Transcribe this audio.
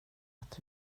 att